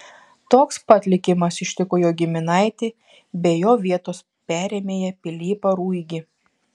toks pat likimas ištiko jo giminaitį bei jo vietos perėmėją pilypą ruigį